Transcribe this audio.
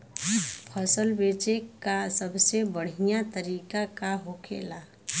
फसल बेचे का सबसे बढ़ियां तरीका का होखेला?